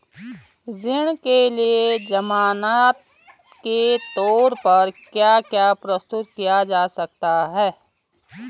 ऋण के लिए ज़मानात के तोर पर क्या क्या प्रस्तुत किया जा सकता है?